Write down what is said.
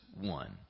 One